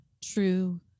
true